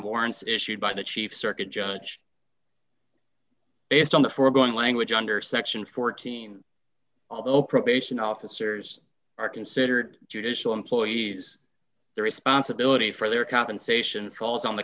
warrants issued by the chief circuit judge based on the foregoing language under section fourteen although probation officers are considered judicial employees the responsibility for their compensation falls on the